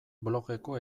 blogeko